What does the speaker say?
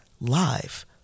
live